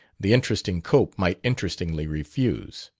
the interesting cope might interestingly refuse!